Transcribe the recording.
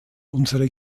unsere